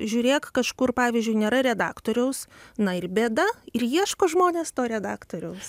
žiūrėk kažkur pavyzdžiui nėra redaktoriaus na ir bėda ir ieško žmonės to redaktoriaus